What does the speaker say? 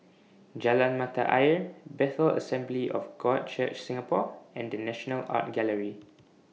Jalan Mata Ayer Bethel Assembly of God Church Singapore and The National Art Gallery